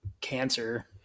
cancer